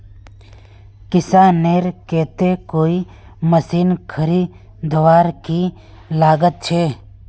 किसानेर केते कोई मशीन खरीदवार की लागत छे?